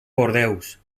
bordeus